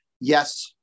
yes